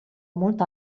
molto